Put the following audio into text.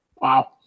Wow